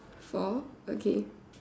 four okay